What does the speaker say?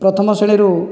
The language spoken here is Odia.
ପ୍ରଥମ ଶ୍ରେଣୀରୁ